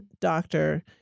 doctor